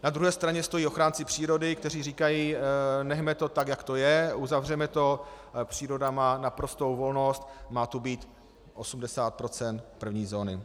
Na druhé straně stojí ochránci přírody, kteří říkají: Nechme to tak, jak to je, uzavřeme to, příroda má naprostou volnost, má to být 80 % první zóny.